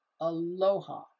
aloha